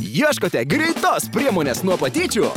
ieškote greitos priemonės nuo patyčių